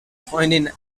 freundin